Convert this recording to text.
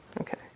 Okay